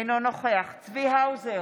אינו נוכח צבי האוזר,